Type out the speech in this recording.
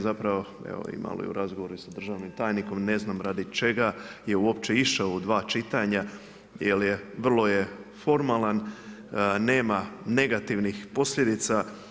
Zapravo evo malo i u razgovoru i sa državnim tajnikom ne znam radi čega je uopće išao u dva čitanja jer je, vrlo je formalan, nema negativnih posljedica.